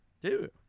Dude